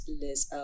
liz